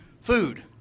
food